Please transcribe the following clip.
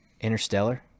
Interstellar